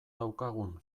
daukagun